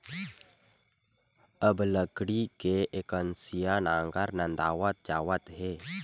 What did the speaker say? अब लकड़ी के एकनसिया नांगर नंदावत जावत हे